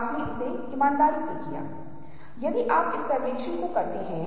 अब मैं आपको कुछ चित्र दिखा रहा हूँ और हम उनके बारे में बात करेंगे